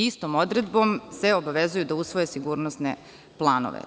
Istom odredbom se obavezuju da usvoje sigurnosne planove.